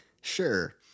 Sure